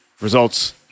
results –